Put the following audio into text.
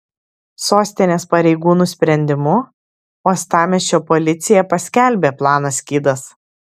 sostinės pareigūnų sprendimu uostamiesčio policija paskelbė planą skydas